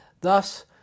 Thus